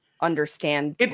understand